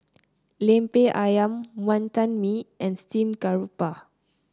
lemper ayam Wantan Mee and Steamed Garoupa